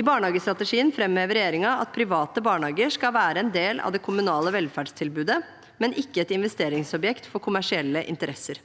I barnehagestrategien framhever regjeringen at private barnehager skal være en del av det kommunale velferdstilbudet, men ikke et investeringsobjekt for kommersielle interesser.